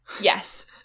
Yes